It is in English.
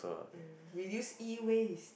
ya reduce E ways